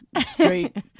straight